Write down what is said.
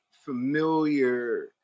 Familiar